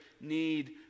need